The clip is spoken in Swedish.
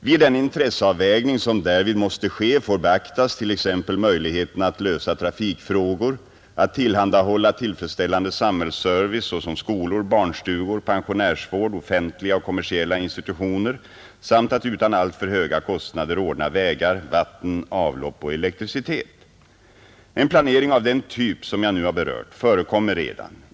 Vid den intresseavvägning som därvid måste ske får beaktas t.ex. möjligheterna att lösa trafikfrågor, att tillhandahålla tillfredsställande samhällsservice såsom skolor, barnstugor, pensionärsvård, offentliga och kommersiella institutioner samt att utan alltför höga kostnader ordna vägar, vatten, avlopp och elektricitet. En planering av den typ som jag nu har berört förekommer redan.